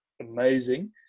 amazing